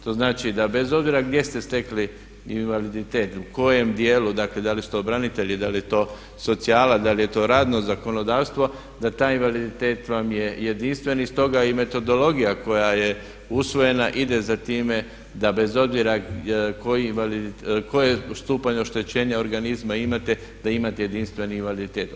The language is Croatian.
To znači da bez obzira gdje ste stekli invaliditet, u kojem dijelu da li su to branitelji, da li je to socijala, da li je to radno zakonodavstvo da taj invaliditet vam je jedinstven i stoga i metodologija koja je usvojena ide za time da bez obzira koji stupanj oštećenja organizma imate da imate jedinstveni invaliditet.